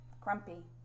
grumpy